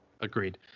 Agreed